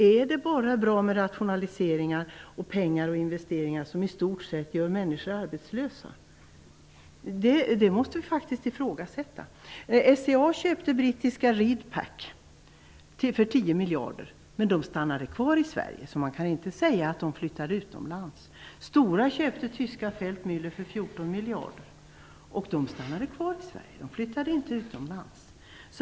Är det bara bra med rationaliseringar och investeringar som i stort sett gör människor arbetslösa? Det måste faktiskt ifrågasättas. SCA köpte brittiska Reedpack för 10 miljarder. Men företaget stannade kvar i Sverige. Man kan inte säga att de flyttade utomlands. Stora köpta tyska Feldmühle för 14 miljarder. De stannade kvar i Sverige. De flyttade inte utomlands.